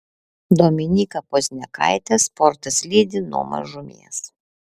dominyką pozniakaitę sportas lydi nuo mažumės